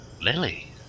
Lily